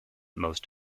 most